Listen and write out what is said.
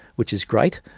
which is great,